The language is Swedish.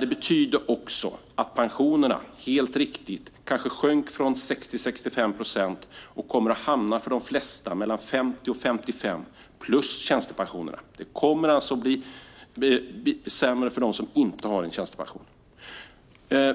Det betyder också att pensionerna, helt riktigt, sjönk från 60-65 procent och för de flesta kommer att hamna på 50-55 procent, plus tjänstepension. Det kommer att bli sämre för dem som inte har tjänstepension.